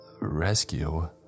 Rescue